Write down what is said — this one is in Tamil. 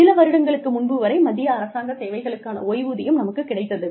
சில வருடங்களுக்கு முன்பு வரை மத்திய அரசாங்க சேவைகளுக்கான ஓய்வூதியம் நமக்கு கிடைத்தது